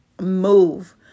Move